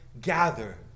gather